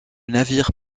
navire